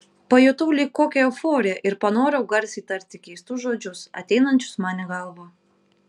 pajutau lyg kokią euforiją ir panorau garsiai tarti keistus žodžius ateinančius man į galvą